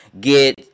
get